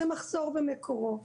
זה מחסור במקורות.